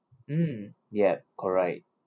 mm yup correct